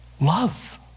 Love